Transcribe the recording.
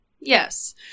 yes